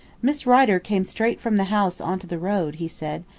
miss rider came straight from the house on to the road, he said,